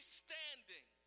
standing